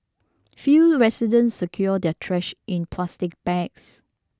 few residents secured their trash in plastic bags